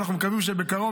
ואנחנו מקווים שבקרוב,